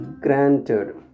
granted